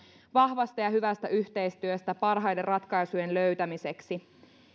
vahvasta ja hyvästä yhteistyöstä parhaiden ratkaisujen löytämiseksi